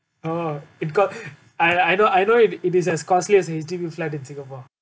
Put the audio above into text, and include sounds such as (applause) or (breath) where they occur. oh it got (breath) I I know I know it it is as costly as H_D_B flat in singapore